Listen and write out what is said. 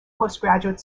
postgraduate